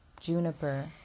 Juniper